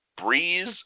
Breeze